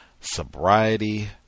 sobriety